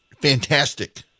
Fantastic